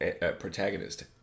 protagonist